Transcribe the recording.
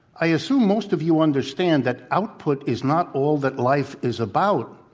i assume most of you understand that output is not all that life is about.